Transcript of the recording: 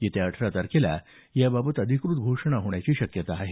येत्या अठरा तारखेला याबाबत अधिकृत घोषणा होण्याची शक्यता आहे